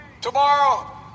tomorrow